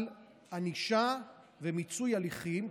אבל ענישה ומיצוי הליכים,